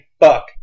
fuck